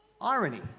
irony